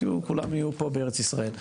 שכולם יהיו פה בארץ ישראל.